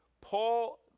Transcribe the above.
Paul